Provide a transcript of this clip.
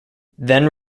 then